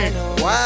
Wow